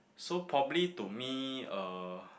so probably to me uh